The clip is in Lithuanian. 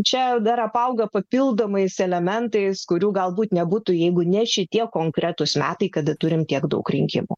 čia dar apauga papildomais elementais kurių galbūt nebūtų jeigu ne šitie konkretūs metai kada turime tiek daug rinkimų